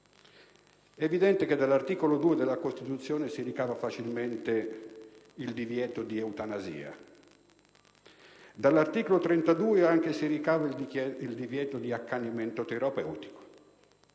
è evidente che dall'articolo 2 della Costituzione si ricava facilmente il divieto di eutanasia mentre dall'articolo 32 si ricava il divieto di accanimento terapeutico.